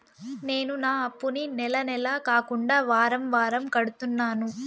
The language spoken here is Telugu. నేను నా అప్పుని నెల నెల కాకుండా వారం వారం కడుతున్నాను